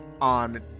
on